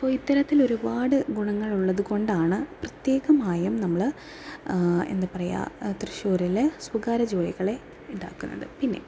അപ്പോൾ ഇത്തരത്തിൽ ഒരുപാട് ഗുണങ്ങൾ ഉള്ളതുകൊണ്ടാണ് പ്രത്യേകമായും നമ്മൾ എന്താ പറയുക തൃശ്ശൂരിലെ സ്വകാര്യ ജോലികളെ ഇതാക്കുന്നത് പിന്നെ